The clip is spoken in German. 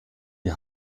die